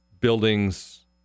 buildings